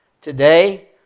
Today